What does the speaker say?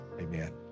amen